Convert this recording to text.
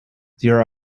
there